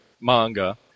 manga